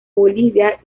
bolivia